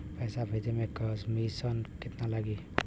पैसा भेजे में कमिशन केतना लागि?